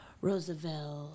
Roosevelt